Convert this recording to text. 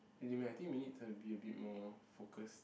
really meh I think we need to be a bit more focused